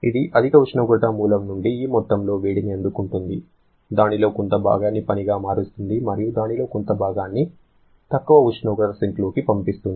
ఇది అధిక ఉష్ణోగ్రత మూలం నుండి ఈ మొత్తంలో వేడిని అందుకుంటుంది దానిలో కొంత భాగాన్ని పని గా మారుస్తుంది మరియు దానిలో కొంత భాగాన్ని తక్కువ ఉష్ణోగ్రత సింక్లోకి పంపిస్తుంది